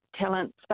talent